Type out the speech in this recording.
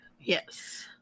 Yes